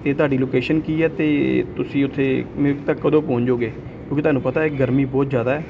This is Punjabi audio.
ਅਤੇ ਤੁਹਾਡੀ ਲੋਕੇਸ਼ਨ ਕੀ ਹੈ ਅਤੇ ਤੁਸੀਂ ਉੱਥੇ ਮੇਰੇ ਤੱਕ ਕਦੋਂ ਪਹੁੰਚ ਜਾਓਗੇ ਕਿਉਂਕਿ ਤੁਹਾਨੂੰ ਪਤਾ ਹੈ ਗਰਮੀ ਬਹੁਤ ਜ਼ਿਆਦਾ ਹੈ